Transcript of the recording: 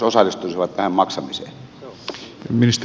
arvoisa herra puhemies